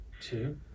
Two